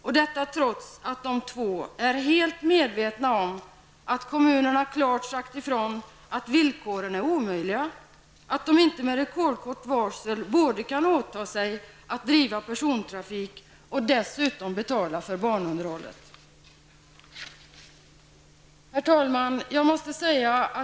Och detta trots att de två är helt medvetna om att kommunerna klart sagt ifrån att villkoren är omöjliga -- att de inte med rekordkort varsel både kan åta sig att driva persontrafik och dessutom betala banunderhållet.